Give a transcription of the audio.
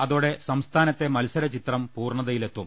അതോടെ സംസ്ഥാനത്തെ മത്സര ചിത്രം പൂർണതയിലെത്തും